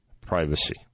privacy